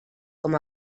com